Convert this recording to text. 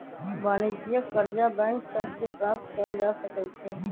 वाणिज्यिक करजा बैंक सभ से प्राप्त कएल जा सकै छइ